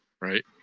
right